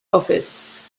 office